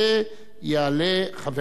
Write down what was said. יעלה חבר הכנסת איתן כבל.